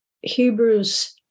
Hebrews